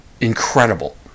incredible